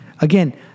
Again